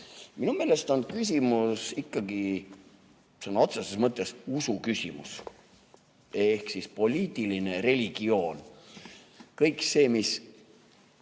Minu meelest on küsimus ikkagi sõna otseses mõttes usus ehk siis poliitilises religioonis. Kõik see, mis